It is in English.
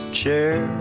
chair